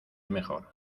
mejor